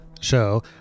show